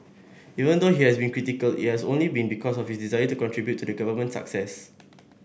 even though he has been critical it has only been because of his desire to contribute to the government's success